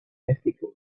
ethical